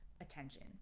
attention